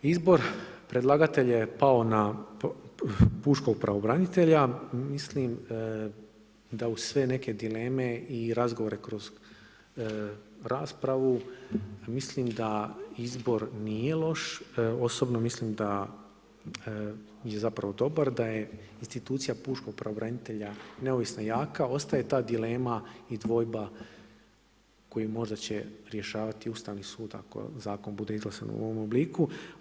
Izvor predlagatelja je pao na pučkog pravobranitelja, mislim da uz sve neke dileme i razgovore kroz raspravu i mislim da izbor nije loš, osobno mislim da je zapravo dobar da je institucija pučkog pravobranitelja neovisno jaka ostaje ta dilema i dvojba koja možda će rješavati Ustavni sud, ako zakon bude izglasan u ovom obliku.